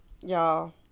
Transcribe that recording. y'all